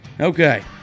Okay